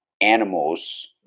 animals